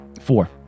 four